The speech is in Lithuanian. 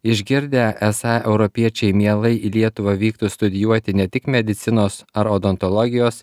išgirdę esą europiečiai mielai į lietuvą vyktų studijuoti ne tik medicinos ar odontologijos